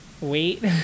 wait